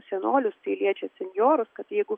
senolius tai liečia senjorus kad jeigu